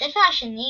בספר השני